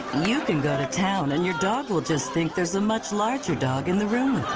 you can go to town, and your dog will just think there's a much larger dog in the room